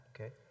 Okay